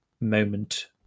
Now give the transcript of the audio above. moment